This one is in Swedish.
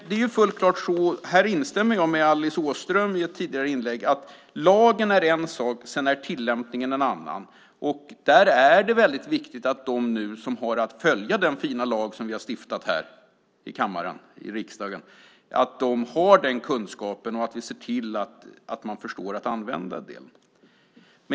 Men jag instämmer med Alice Åström i ett tidigare inlägg; lagen är en sak och tillämpningen en annan. Där är det viktigt att de som nu har att följa den fina lag som vi har stiftat här i riksdagens kammare har kunskapen och att vi ser till att de förstår att använda den.